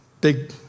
big